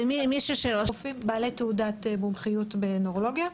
כמה סך הכול רופאים נוירולוגים יש לנו בישראל?